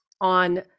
on